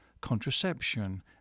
contraception